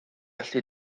allu